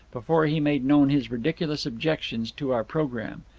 before he made known his ridiculous objections to our programme.